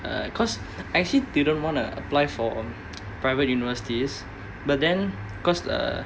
uh because actually didn't want to apply for a private universities but then because the